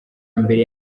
mbere